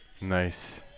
Nice